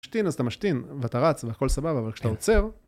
משתין, אז אתה משתין, ואתה רץ, והכל סבבה, אבל כשאתה עוצר...